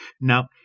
Now